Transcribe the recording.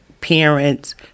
parents